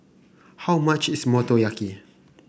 how much is Motoyaki